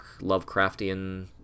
Lovecraftian